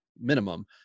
minimum